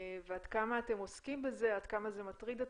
ועד כמה אתם עוסקים בזה, עד כמה זה מטריד אתכם.